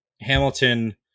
Hamilton